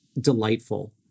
delightful